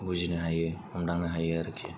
बुजिनो हायो हमदांनो हायो आरोखि